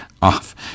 off